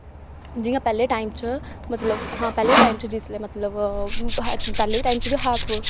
जि'यां पैह्ले टाइम च मतलब हां पैह्ले टाइम च जिसलै मतलब पैह्ले टाइम च बी हा